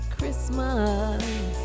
Christmas